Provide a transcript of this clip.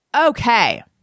Okay